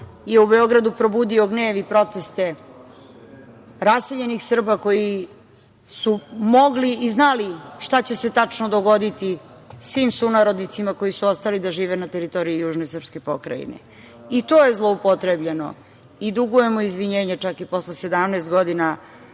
je u Beogradu probudio gnev i proteste raseljenih Srba koji su mogli i znali šta će se tačno dogoditi svim sunarodnicima koji su ostali da žive na teritoriji južne srpske pokrajine. I to je zloupotrebljeno i dugujemo izvinjenje, čak i posle 17 godina,